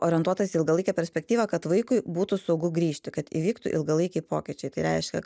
orientuotas į ilgalaikę perspektyvą kad vaikui būtų saugu grįžti kad įvyktų ilgalaikiai pokyčiai tai reiškia